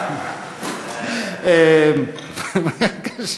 בבקשה,